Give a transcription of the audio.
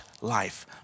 life